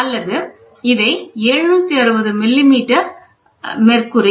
அல்லது இதை 760 millimetre Hg abs